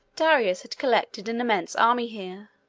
darius had collected an immense army here.